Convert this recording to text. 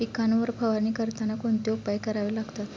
पिकांवर फवारणी करताना कोणते उपाय करावे लागतात?